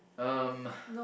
um